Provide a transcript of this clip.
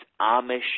Amish